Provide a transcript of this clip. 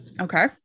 Okay